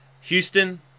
Houston